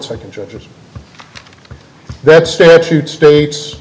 second judges that stat